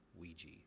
Ouija